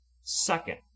Second